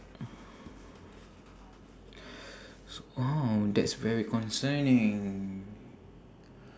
!wow! that's very concerning